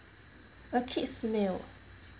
a kids meal